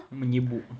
menyibuk